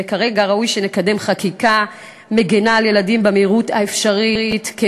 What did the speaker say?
וכרגע ראוי שנקדם במהירות האפשרית חקיקה מגינה על ילדים,